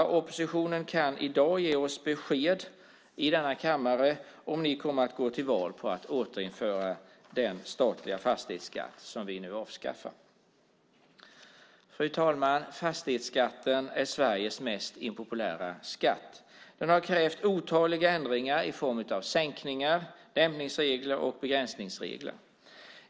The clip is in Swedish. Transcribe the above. Oppositionen kan i dag ge oss besked i denna kammare om ni kommer att gå till val på att återinföra den statliga fastighetsskatt som vi nu avskaffar. Fru talman! Fastighetsskatten är Sveriges mest impopulära skatt. Den har krävt otaliga ändringar i form av sänkningar, jämkningsregler och begränsningsregler.